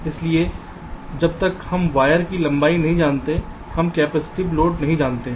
इसलिए जब तक हम वायर की लंबाई नहीं जानते हैं हम कैपेसिटिव लोड नहीं जानते हैं